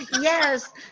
Yes